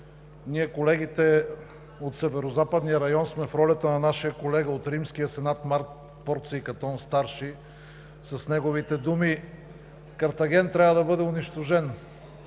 Ние – колегите от Северозападния район, сме в ролята на нашия колега от Римския сенат Марк Порций Катон Старши с неговите думи: Картаген трябва да бъде унищожен.